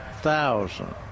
thousand